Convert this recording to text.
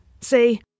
See